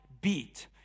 beat